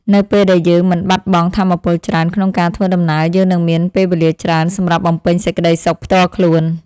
នៅពេលដែលយើងមិនបាត់បង់ថាមពលច្រើនក្នុងការធ្វើដំណើរ យើងនឹងមានពេលវេលាច្រើនសម្រាប់បំពេញសេចក្តីសុខផ្ទាល់ខ្លួន។